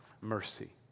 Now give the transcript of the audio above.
mercy